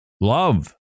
love